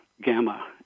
gamma